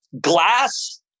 glass